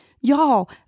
Y'all